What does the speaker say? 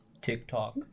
tiktok